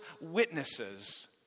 witnesses